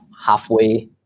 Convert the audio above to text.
halfway